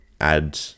add